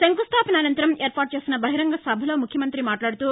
శంకుస్తావన అనంతరం ఏర్పాటు చేసిన బహిరంగ సభలో ముఖ్యమంత్రి మాట్లాదుతూ